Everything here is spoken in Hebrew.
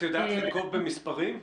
את יודעת לנקוב במספרים,